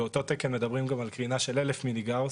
באותו תקן מדברים גם על קרינה של 1,000 מיליגאוס.